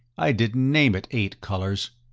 i didn't name it eight colors.